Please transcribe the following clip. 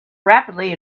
rapidly